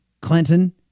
Clinton